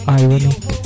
ironic